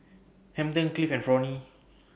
Hampton Cliff and Fronnie